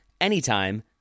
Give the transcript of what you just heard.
anytime